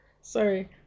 sorry